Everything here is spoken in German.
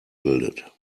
bildet